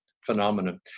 phenomenon